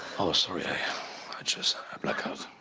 oh, sorry, i just blacked out.